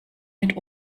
mit